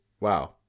Wow